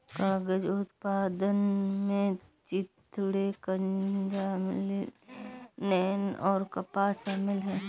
कागज उत्पादन में चिथड़े गांजा लिनेन और कपास शामिल है